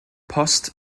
post